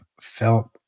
felt